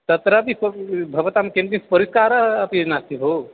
तत्रापि प् व् भवतां किं किं परिष्कारः अपि नास्ति भो